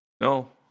No